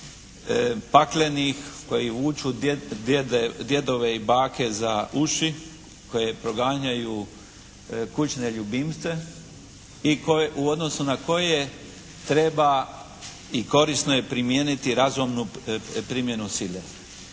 paklenih koji vuku djedove i bake za uši, koji proganjaju kućne ljubimce i u odnosu na koje treba i korisno je primijeniti razumnu primjenu sile.